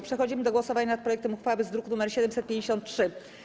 Przechodzimy do głosowania nad projektem uchwały z druku nr 753.